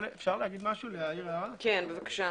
בבקשה.